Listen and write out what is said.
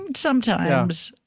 and sometimes.